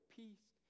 peace